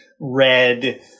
red